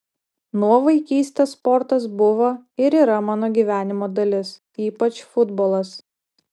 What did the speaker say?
nuo vaikystės sportas buvo ir yra mano gyvenimo dalis ypač futbolas